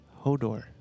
Hodor